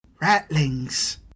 Rattlings